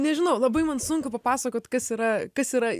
nežinau labai man sunku papasakot kas yra kas yra